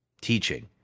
teaching